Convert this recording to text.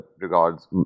regards